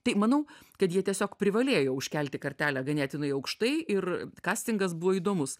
tai manau kad jie tiesiog privalėjo užkelti kartelę ganėtinai aukštai ir kastingas buvo įdomus